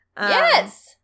Yes